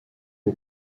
aux